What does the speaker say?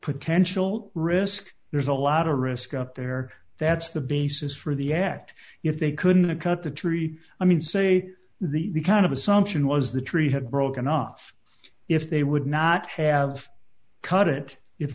potential risk there's a lot of risk up there that's the basis for the act if they couldn't cut the tree i mean say the kind of assumption was the tree had broken off if they would not have cut it if